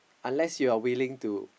unless you're willing to